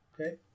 Okay